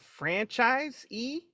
franchisee